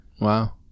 Wow